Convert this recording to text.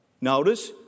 notice